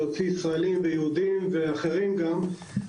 להוציא ישראלים ויהודים ואחרים גם,